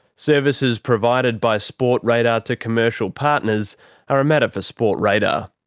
services provided by sportradar to commercial partners are a matter for sportradar.